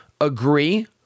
agree